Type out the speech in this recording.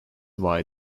why